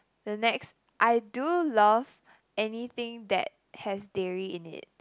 the next I do love anything that has dairy in it